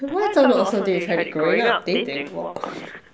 what's something awesome did you try growing up dating !wah!